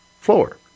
floor